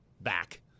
back